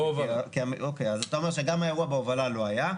אז אתה אומר שגם האירוע בהובלה לא היה.